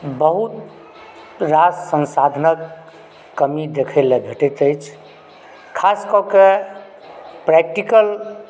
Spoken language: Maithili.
बहुत रास संसाधनक कमी देखए लऽ भेटैत अछि खास कए कए प्रैक्टिकल